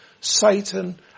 Satan